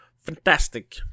Fantastic